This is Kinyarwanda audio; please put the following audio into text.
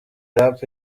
rap